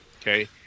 Okay